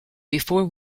before